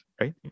Right